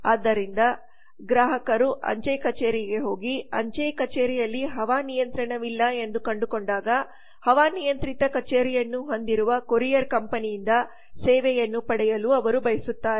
ಆದ್ದರಿಂದ ಗ್ರಾಹಕರು ಅಂಚೆ ಕಚೇರಿಗೆ ಹೋಗಿ ಅಂಚೆ ಕಚೇರಿಯಲ್ಲಿ ಹವಾನಿಯಂತ್ರಣವಿಲ್ಲ ಎಂದು ಕಂಡುಕೊಂಡಾಗ ಹವಾನಿಯಂತ್ರಿತ ಕಚೇರಿಯನ್ನು ಹೊಂದಿರುವ ಕೊರಿಯರ್ ಕಂಪನಿಯಿಂದ ಸೇವೆಯನ್ನು ಪಡೆಯಲು ಅವರು ಬಯಸುತ್ತಾರೆ